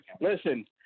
Listen